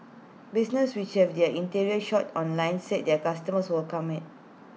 businesses which have their interior shots online said their customers welcome IT